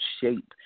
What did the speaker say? shape